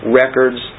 records